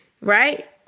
right